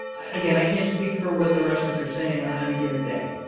again, i can't speak for what the russians are saying on any given day,